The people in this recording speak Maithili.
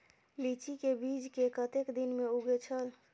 लीची के बीज कै कतेक दिन में उगे छल?